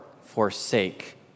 forsake